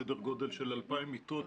סדר גודל של 2,000 מיטות.